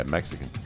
Mexican